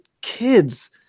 kids